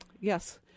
Yes